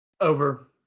Over